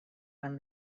when